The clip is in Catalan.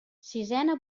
sisena